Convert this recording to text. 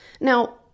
Now